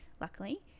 luckily